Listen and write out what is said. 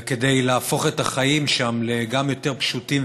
אלא כדי להפוך את החיים שם גם לפשוטים